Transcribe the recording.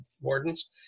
wardens